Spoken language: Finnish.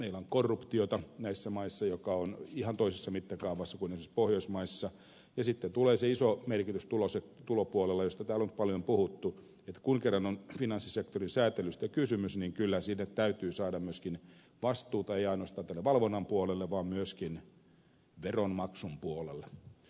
meillä on näissä maissa korruptiota joka on ihan toisessa mittakaavassa kuin esimerkiksi pohjoismaissa ja sitten tulee se iso merkitys tulopuolella josta täällä on nyt paljon puhuttu että kun kerran on finanssisektorin säätelystä kysymys niin kyllä sinne täytyy saada myöskin vastuuta ei ainoastaan tänne valvonnan puolelle vaan myöskin veronmaksun puolelle